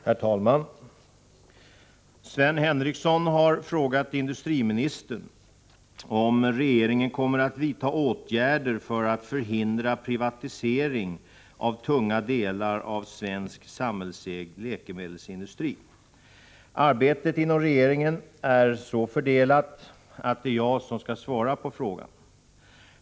Herr talman! Sven Henricsson har frågat industriministern om regeringen kommer att vidta åtgärder för att förhindra privatisering av tunga delar av svensk samhällsägd läkemedelsindustri. Arbetet inom regeringen är så fördelat att det är jag som skall svara på frågan.